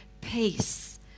peace